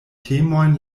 temojn